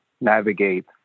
navigate